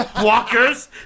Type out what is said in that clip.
walkers